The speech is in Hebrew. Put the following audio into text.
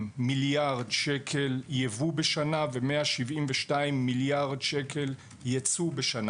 מיליארד שקל יבוא בשנה ו-172 מיליארד שקל יצוא בשנה.